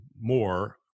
more